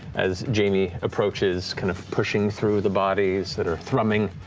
as jamie approaches, kind of pushing through the bodies that are thrumming.